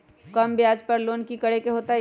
कम ब्याज पर लोन की करे के होतई?